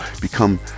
become